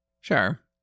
Sure